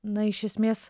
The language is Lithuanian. na iš esmės